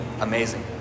amazing